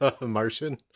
Martian